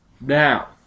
Now